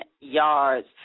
Yards